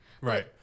Right